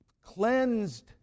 cleansed